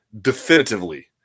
Definitively